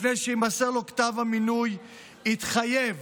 לפני שיימסר לו כתב המינוי, הוא יתחייב